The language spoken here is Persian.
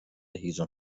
هیزم